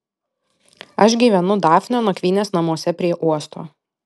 aš gyvenu dafnio nakvynės namuose prie uosto